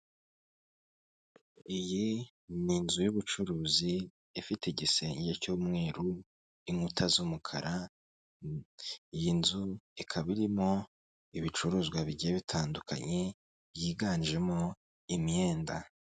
Iyi ni inzu y'ubucuruzi ifite igisenge cy'umweru inkuta z'umukara iyi nzu ikaba irimo ibicuruzwa bigiye bitandukanye byiganjemo imyenda.